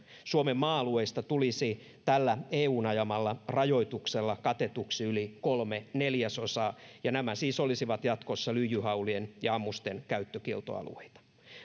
suomen maa alueesta tulisi tällä eun ajamalla rajoituksella katetuksi yli kolme neljäsosaa ja nämä siis olisivat jatkossa lyijyhaulien ja ammusten käyttökieltoalueita